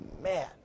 man